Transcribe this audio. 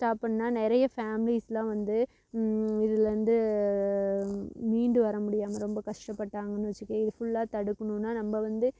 stop பண்ணிணா நிறைய ஃபேமிலிஸெலாம் வந்து இதிலேருந்து மீண்டு வர முடியாமல் ரொம்ப கஷ்டப்பட்டாங்கன்னு வைச்சுக்கே இதை ஃபுல்லாக தடுக்கணுனால் நம்ம வந்து